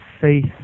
faith